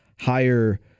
higher